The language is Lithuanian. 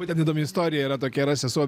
bet ten įdomi istorija yra tokia yra sesuo